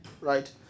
right